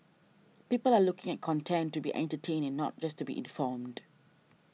people are looking at content to be entertaining not just to be informed